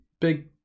big